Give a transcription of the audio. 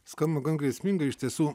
skamba gan grėsmingai iš tiesų